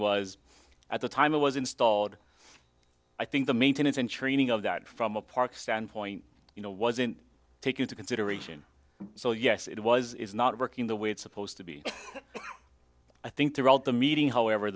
was at the time it was installed i think the maintenance and training of that from a park standpoint you know wasn't take into consideration so yes it was it's not working the way it's supposed to be i think throughout the meeting however